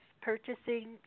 purchasing